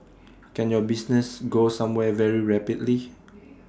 can your business go somewhere very rapidly